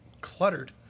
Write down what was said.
cluttered